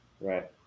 Right